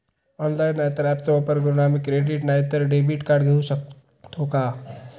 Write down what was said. Online नाय तर ऍपचो वापर करून आम्ही क्रेडिट नाय तर डेबिट कार्ड घेऊ शकतो का?